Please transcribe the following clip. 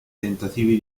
tentativi